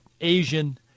Asian